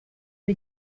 ari